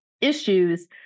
issues